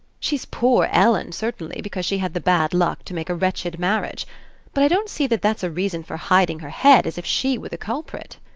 she's poor ellen certainly, because she had the bad luck to make a wretched marriage but i don't see that that's a reason for hiding her head as if she were the culprit.